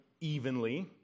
evenly